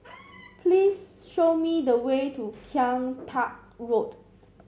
please show me the way to Kian Teck Road